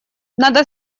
надо